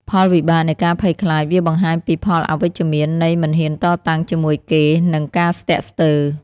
ផលវិបាកនៃការភ័យខ្លាច វាបង្ហាញពីផលអវិជ្ជមាននៃ មិនហ៊ានតតាំងជាមួយគេ និង ការស្ទាក់ស្ទើរ។